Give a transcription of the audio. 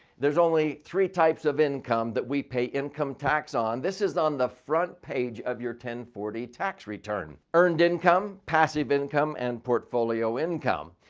there's only three types of income that we pay income tax on. this is on front page of your ten forty tax return. earned income, passive income and portfolio income.